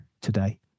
today